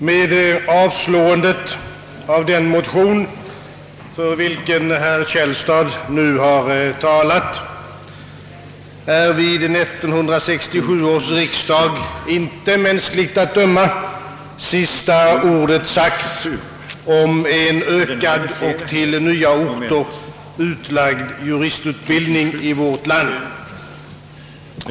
Herr talman! Med avslåendet av den motion, för vilken herr Källstad nu har talat, är vid 1967 års riksdag inte — mänskligt att döma — sista ordet sagt om en ökad och till nya orter utlagd juristutbildning i vårt land.